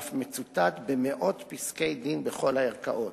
ואף מצוטט במאות פסקי-דין בכל הערכאות.